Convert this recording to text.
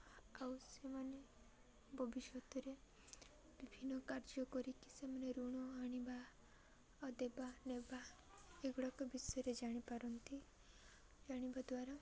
ଆଉ ସେମାନେ ଭବିଷ୍ୟତରେ ବିଭିନ୍ନ କାର୍ଯ୍ୟ କରିକି ସେମାନେ ଋଣ ଆଣିବା ଆଉ ଦେବା ନେବା ଏଗୁଡ଼ାକ ବିଷୟରେ ଜାଣିପାରନ୍ତି ଜାଣିବା ଦ୍ୱାରା